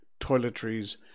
toiletries